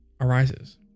arises